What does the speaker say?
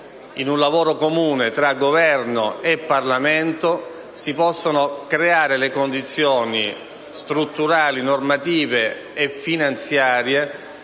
in un lavoro comune tra Governo e Parlamento, si riesca a creare le condizioni strutturali, normative e finanziarie